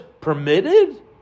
permitted